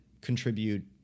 contribute